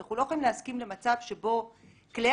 אנחנו לא יכולים להסכים למצב שבו כלי